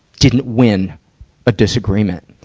didn't win a disagreement.